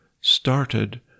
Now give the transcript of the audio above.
started